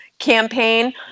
Campaign